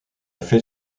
fait